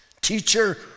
teacher